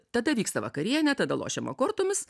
tada vyksta vakarienė tada lošiama kortomis